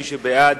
מי שבעד,